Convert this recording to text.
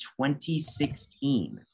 2016